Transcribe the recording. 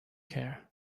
care